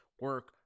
Work